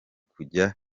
kujya